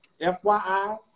FYI